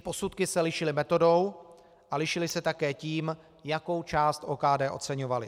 Posudky se lišily metodou a lišily se také tím, jakou část OKD oceňovaly.